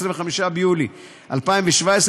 25 ביולי 2017,